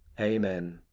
amen!